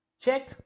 check